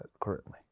currently